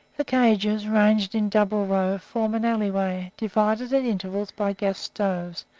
the cages, ranged in double row, form an alleyway, divided at intervals by gas-stoves,